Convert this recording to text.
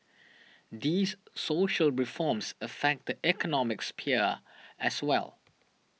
these social reforms affect the economic sphere as well